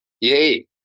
Yay